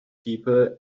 people